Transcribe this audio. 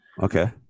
Okay